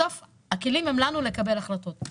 בסוף הכלים הם לנו כדי לקבל החלטות.